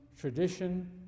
tradition